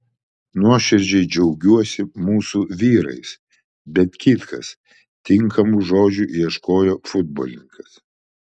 nuoširdžiai džiaugiuosi mūsų vyrais bet kitkas tinkamų žodžių ieškojo futbolininkas